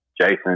jason